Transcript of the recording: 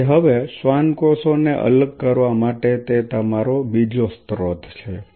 તેથી હવે શ્વાન કોષોને અલગ કરવા માટે તે તમારો બીજો સ્રોત છે